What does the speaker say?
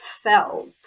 felt